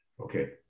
Okay